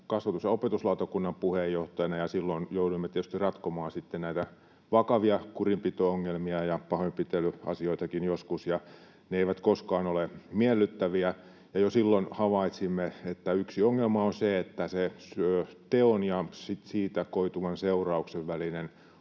kasvatus- ja opetuslautakunnan puheenjohtajana, ja silloin jouduimme tietysti ratkomaan näitä vakavia kurinpito-ongelmia ja pahoinpitelyasioitakin joskus. Ne eivät koskaan ole miellyttäviä. Jo silloin havaitsimme, että yksi ongelma on se, että sen teon ja sitten siitä koituvan seurauksen välinen